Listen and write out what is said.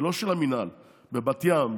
היא לא של המינהל: בבת ים,